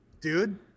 Dude